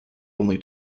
only